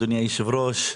אדוני היושב-ראש,